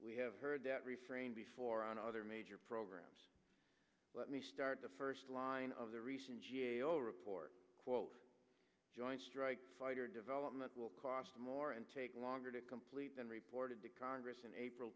we have heard that refrain before on other major programs let me start the first line of the recent g a o report quote joint strike fighter development will cost more and take longer to complete than reported to congress in april